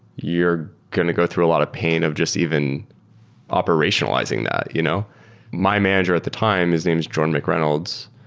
you're going to go through a lot of pain of just even operationalizing that. you know my manager at the time, his name is jordan mcreynolds,